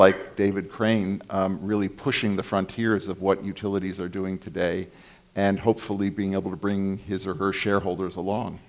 like david crane really pushing the frontiers of what utilities are doing today and hopefully being able to bring his or her shareholders along